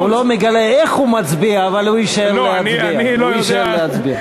הוא לא מגלה איך הוא מצביע, אבל הוא יישאר להצביע.